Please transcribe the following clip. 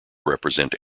represent